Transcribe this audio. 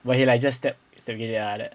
but he like just step step begini ah like that